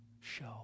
show